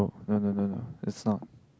no no no no it's no